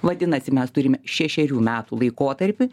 vadinasi mes turime šešerių metų laikotarpį